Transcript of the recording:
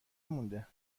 مونده